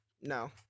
No